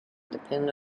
depend